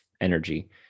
energy